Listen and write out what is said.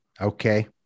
Okay